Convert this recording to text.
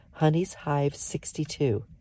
Honeyshive62